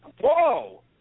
Whoa